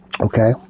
Okay